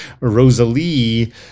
Rosalie